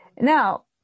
Now